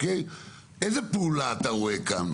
איזה פעולה אתה רואה כאן,